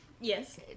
Yes